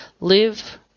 live